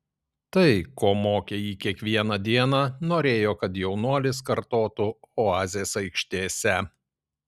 tai ko mokė jį kiekvieną dieną norėjo kad jaunuolis kartotų oazės aikštėse